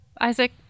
Isaac